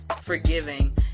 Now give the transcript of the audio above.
forgiving